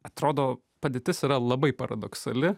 atrodo padėtis yra labai paradoksali